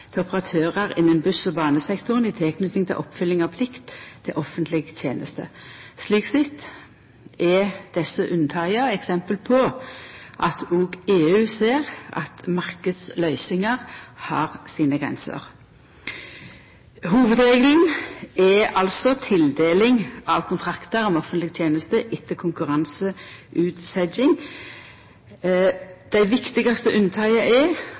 til operatørar innan buss- og banesektoren i tilknyting til oppfylling av plikt til offentleg teneste. Slik sett er desse unntaka eksempel på at òg EU ser at marknadsløysingar har sine grenser. Hovudregelen for tildeling av kontraktar om offentleg teneste er at dei skal tildelast etter konkurranseutsetjing. Dei viktigaste unntaka er